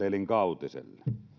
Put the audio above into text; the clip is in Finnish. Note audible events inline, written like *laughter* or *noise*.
*unintelligible* elinkautiselle